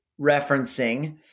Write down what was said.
referencing